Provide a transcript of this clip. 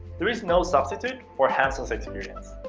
there is no substitute for hands-on experience.